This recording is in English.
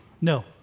no